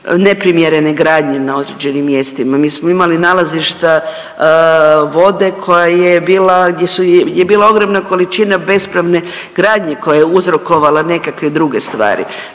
neprimjerene gradnje na određenim mjestima. Mi smo imali nalazišta vode koja je bila, gdje je bila ogromna količina bespravne gradnje koja je uzrokovala nekakve druge stvari.